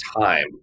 time